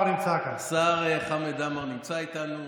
והשתלח בחברה הבדואית והשתלח בתושבי הנגב הבדואים.